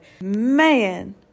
man